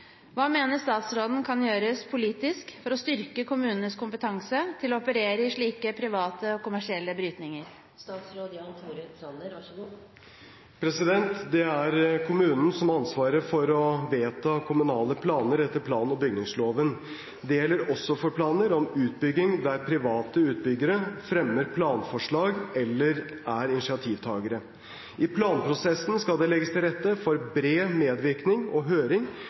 Hva mener statsråden kan gjøres politisk for å styrke kommunenes kompetanse til å operere i slike private og kommersielle brytninger?» Det er kommunene som har ansvaret for å vedta kommunale planer etter plan- og bygningsloven. Det gjelder også for planer om utbygging der private utbyggere fremmer planforslag eller er initiativtakere. I planprosessen skal det legges til rette for bred medvirkning og høring,